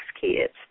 kids